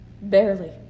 Barely